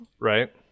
Right